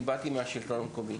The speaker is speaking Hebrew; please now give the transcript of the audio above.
אני באתי מהשלטון המקומי.